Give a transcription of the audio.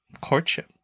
courtship